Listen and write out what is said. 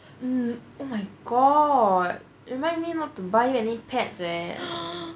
um oh my god remind me not to buy any pets eh